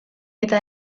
eta